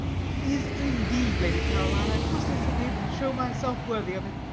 it is indeed, lady caroline. i trust i shall be able to show myself worthy of it.